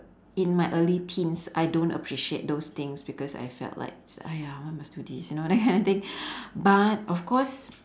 in my early teens I don't appreciate those things because I felt like !aiya! why must do this you know that kind of thing but of course